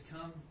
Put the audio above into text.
come